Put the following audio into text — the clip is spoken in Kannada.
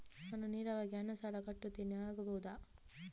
ನಾನು ನೇರವಾಗಿ ಹಣ ಸಾಲ ಕಟ್ಟುತ್ತೇನೆ ಆಗಬಹುದ?